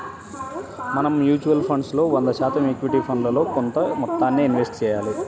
మనం mutual funds లో వంద శాతం ఈక్విటీ ఫండ్లలో కొంత మొత్తాన్నే ఇన్వెస్ట్ చెయ్యాలి